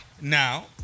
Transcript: Now